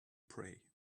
pray